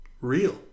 real